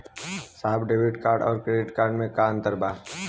साहब debit card और credit card में का अंतर बा?